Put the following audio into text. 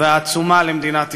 והעצומה למדינת ישראל.